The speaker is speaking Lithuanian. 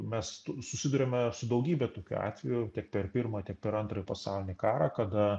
mes susiduriame su daugybe tokių atvejų tiek per pirmą tiek per antrąjį pasaulinį karą kada